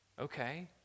Okay